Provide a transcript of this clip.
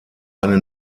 eine